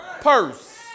purse